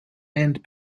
and